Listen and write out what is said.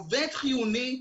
עובד חיוני,